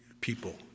people